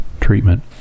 treatment